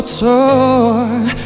torn